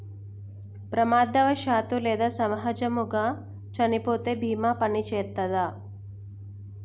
ప్రమాదవశాత్తు లేదా సహజముగా చనిపోతే బీమా పనిచేత్తదా?